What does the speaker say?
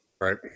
right